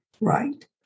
right